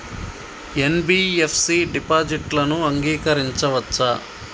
NBFC డిపాజిట్లను అంగీకరించవచ్చా?